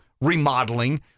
remodeling